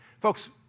Folks